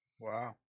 Wow